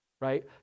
Right